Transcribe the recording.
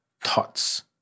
thoughts